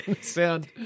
Sound